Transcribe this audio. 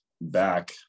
back